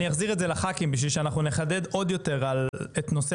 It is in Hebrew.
אני אחזיר את זה לח"כים בשביל שאנחנו נחדד עוד יותר את נושא